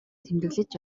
тэмдэглэж